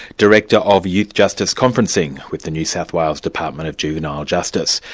director of youth justice conferencing with the new south wales department of juvenile justice,